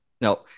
no